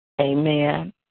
Amen